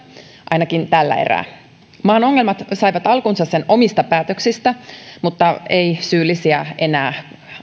ainakin tällä erää maan ongelmat saivat alkunsa sen omista päätöksistä mutta ei syyllisiä enää maksa